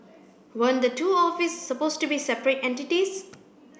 weren't the two office supposed to be separate entities